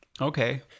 Okay